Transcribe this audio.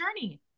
journey